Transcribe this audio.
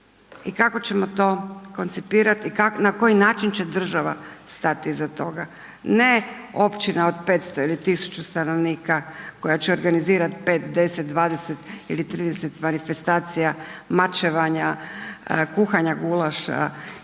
i kako ćemo to koncipirat i na koji način će država stat iza toga? Ne općina od 500 ili 1000 stanovnika koja će organizirat 5, 10, 20 ili 30 manifestacija mačevanja, kuhanja gulaša